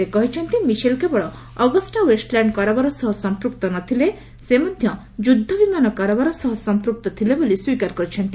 ସେ କହିଛନ୍ତି ମିଶେଲ୍ କେବଳ ଅଗଷ୍ଟା ଓ୍ୱେଷ୍ଟଲ୍ୟାଣ୍ଡ କାରବାର ସହ ସମ୍ପୂକ୍ତ ନଥିଲେ ସେ ମଧ୍ୟ ଯୁଦ୍ଧବିମାନ କାରବାର ସମ୍ପୁକ୍ତ ଥିଲେ ବୋଲି ସ୍ୱୀକାର କରିଛନ୍ତି